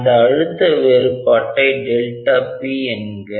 அந்த அழுத்த வேறுபாட்டை p என்க